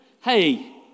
hey